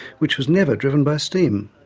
which was never driven by steam.